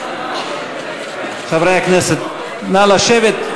חברי הכנסת, נא לשבת.